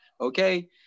Okay